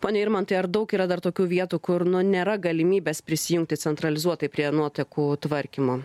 pone irmantai ar daug yra dar tokių vietų kur nu nėra galimybės prisijungti centralizuotai prie nuotekų tvarkymo